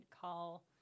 call